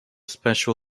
special